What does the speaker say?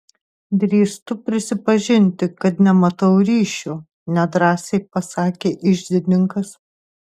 drįstu prisipažinti kad nematau ryšio nedrąsiai pasakė iždininkas